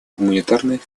гуманитарных